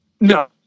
No